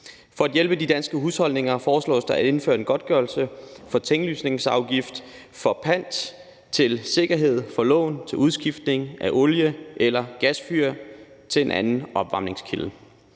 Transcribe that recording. For at hjælpe de danske husholdninger foreslås der indført en godtgørelse for tinglysningsafgift for pant til sikkerhed for lån til udskiftning af olie- eller gasfyr til en anden opvarmningskilde.